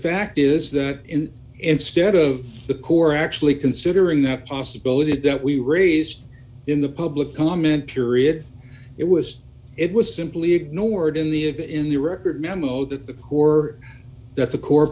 fact is that in instead of the core actually considering that possibility that we raised in the public comment period it was it was simply ignored in the of in the record memo that the poor that